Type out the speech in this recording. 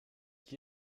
qui